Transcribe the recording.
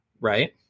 right